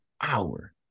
hour